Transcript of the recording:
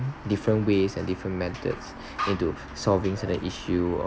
different ways and different methods into solving certain issue or